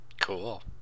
Cool